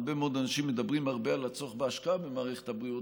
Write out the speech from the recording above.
הרבה מאוד אנשים מדברים הרבה על הצורך בהשקעה במערכת הבריאות,